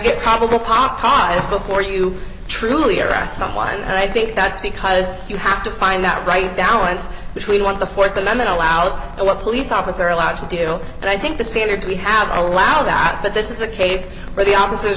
get probable cause before you truly arrest someone and i think that's because you have to find that right balance between what the th amendment allows a police officer allowed to do and i think the standard we have allowed that but this is a case where the office